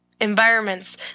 environments